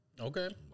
Okay